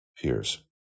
peers